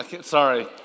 Sorry